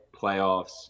playoffs